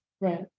right